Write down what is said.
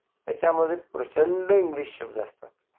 त्याच्यामध्ये प्रचंड इंग्लिश शब्द असतात